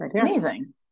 amazing